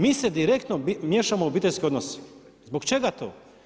Mi se direktno miješamo u obiteljski odnos, zbog čega to?